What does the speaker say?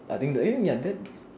I think the ya that